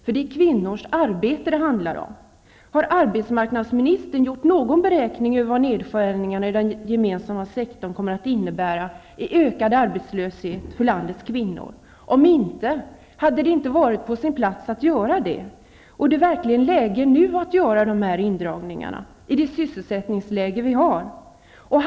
Det är kvinnors arbete det handlar om. Har arbetsmarknadsministern gjort någon beräkning av vad nedskärningarna i den gemensamma sektorn kommer att innebära i form av ökad arbetslöshet för landets kvinnor? Om inte, hade det inte varit på sin plats att göra det? Är det verkligen läge att göra dessa indragningar nu med tanke på det sysselsättningsläge vi nu har?